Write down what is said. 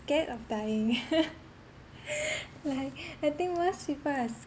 scared of dying like I think most people are